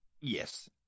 yes